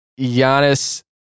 Giannis